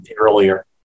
earlier